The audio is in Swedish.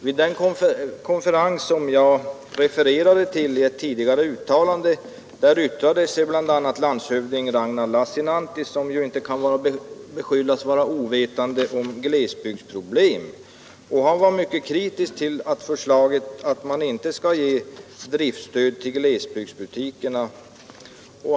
Vid den konferens som jag refererade till i ett tidigare uttalande yttrade sig bl.a. landshövding Ragnar Lassinantti, som ju inte kan beskyllas för att vara ovetande om glesbygdsproblem, och han var mycket kritisk mot förslaget att man inte skall ge driftstöd till glesbygdsbutikerna.